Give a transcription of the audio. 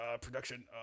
production